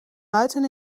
ruiten